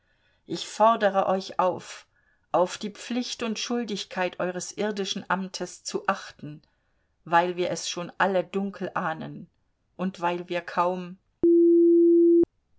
ich fordere euch auf auf die pflicht und schuldigkeit eures irdischen amtes zu achten weil wir es schon alle dunkel ahnen und weil wir kaum